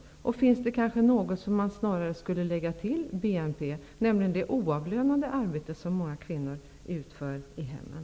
Kanske finns det snarare något som man borde lägga till BNP, nämligen det oavlönade arbete som många kvinnor utför i hemmen.